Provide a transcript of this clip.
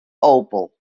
opel